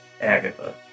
Agatha